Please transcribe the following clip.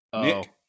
Nick